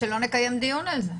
ושלא נקיים דיון על זה.